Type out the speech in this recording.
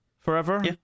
Forever